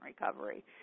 recovery